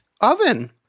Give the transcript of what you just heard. oven